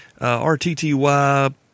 RTTY